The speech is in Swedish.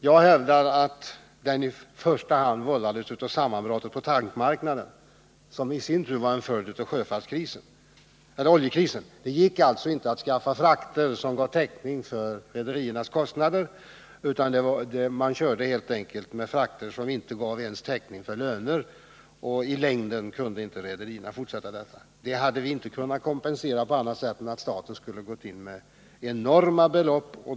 Jag hävdar att krisen i första hand vållats av sammanbrottet på tankmarknaden, som i sin tur var en följd av oljekrisen. Det gick inte att skaffa frakter som gav täckning för rederiernas kostnader, utan man körde helt enkelt med frakter som inte ens gav täckning för löner. I längden kunde rederierna inte fortsätta med detta. Det hade vi inte kunnat kompensera på annat sätt än genom att staten skulle ha gått in med enorma belopp.